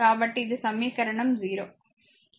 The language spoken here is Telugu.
కాబట్టి ఇది సమీకరణం 0